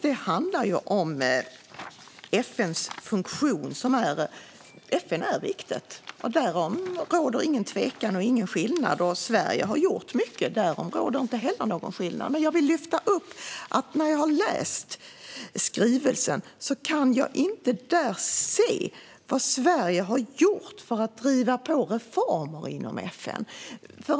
Det handlar om FN:s funktion. FN är viktigt - därom råder ingen tvekan eller skillnad. Sverige har gjort mycket - där råder inte heller någon skillnad - men jag vill lyfta upp att jag, när jag har läst i skrivelsen, inte kan se vad Sverige har gjort för att driva på för reformer inom FN.